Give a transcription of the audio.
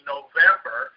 November